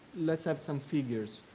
let's have some figures.